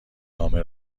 نامه